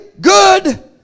good